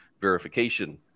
verification